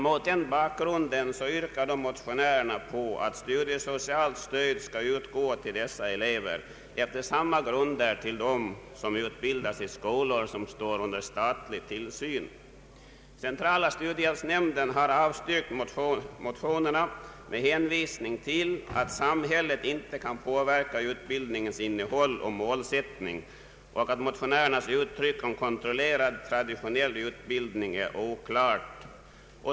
Mot den bakgrunden yrkar motionärerna att studiesocialt stöd skall utgå till dessa elever efter samma grunder som gäller dem som utbildas i skolor under statlig tillsyn. Centrala studiehjälpsnämnden har avstyrkt motionerna med hänvisning till att samhället inte kan påverka denna utbildnings innehåll och målsättning samt att motionärernas uttalande om kontrollerad traditionell utbildning är oklart.